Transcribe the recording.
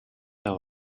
there